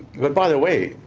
but by the way,